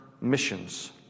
missions